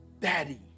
Daddy